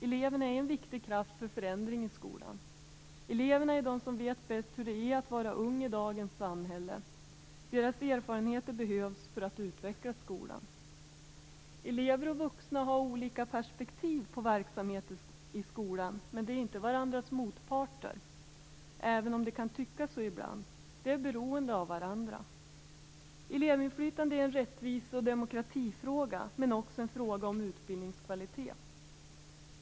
Eleverna är en viktig kraft för förändring i skolan. Eleverna är de som bäst vet hur det är att vara ung i dagens samhälle. Deras erfarenheter behövs för att utveckla skolan. Elever och vuxna har olika perspektiv på verksamheten i skolan. Men de är inte varandras motparter, även om det kan tyckas så ibland. De är beroende av varandra. Elevinflytande är en rättvise och demokratifråga, men också en fråga om utbildningskvalitet.